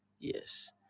Yes